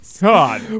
God